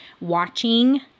watching